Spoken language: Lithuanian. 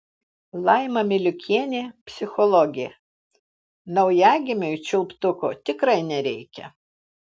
laima miliukienė psichologė naujagimiui čiulptuko tikrai nereikia